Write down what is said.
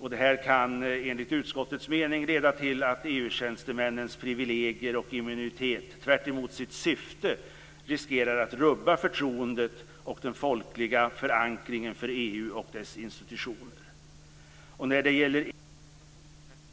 Detta kan enligt utskottets mening leda till att EU-tjänstemännens privilegier och immunitet tvärtemot sitt syfte riskerar att rubba förtroendet och den folkliga förankringen för EU och dess institutioner. Beträffande Europoltjänstemännen gäller detta särskilt om de i framtiden tilldelas utökade befogenheter.